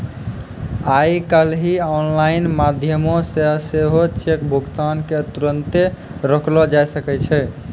आइ काल्हि आनलाइन माध्यमो से सेहो चेक भुगतान के तुरन्ते रोकलो जाय सकै छै